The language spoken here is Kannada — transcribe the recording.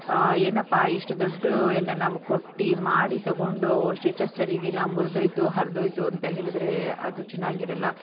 ಏನಪ್ಪ ಇಷ್ಟು ದುಡ್ಡು ಎಲ್ಲ ನಾವು ಕೊಟ್ಟು ಮಾಡಿ ತೊಗೊಂಡು ಸ್ಟಿಚಸ್ ಸರೀಗಿಲ್ಲ ಮುರಿದೋಯ್ತು ಹರಿದೋಯ್ತು ಅಂತ ಹೇಳಿದ್ರೆ ಅದು ಚೆನ್ನಾಗಿರೋಲ್ಲ